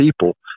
people